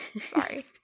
Sorry